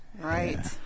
Right